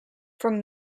from